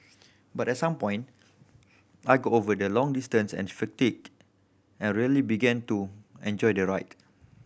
but at some point I got over the long distance and fatigue and really began to enjoy the ride